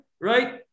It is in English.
Right